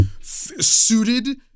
suited